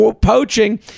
poaching